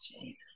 Jesus